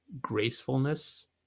gracefulness